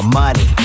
money